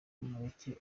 umureke